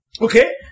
Okay